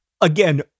again